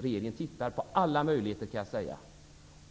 Regeringen undersöker alla möjligheter att